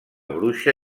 bruixa